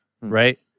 right